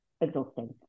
exhausting